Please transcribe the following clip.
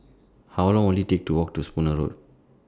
How Long Will IT Take to Walk to Spooner Road